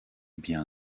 bien